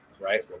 right